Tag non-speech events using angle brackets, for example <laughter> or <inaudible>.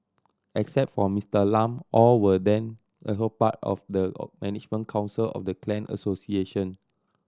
except for Mister Lam all were then <unintelligible> part of the <unintelligible> management council of the clan association